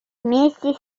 вместе